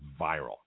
viral